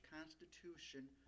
constitution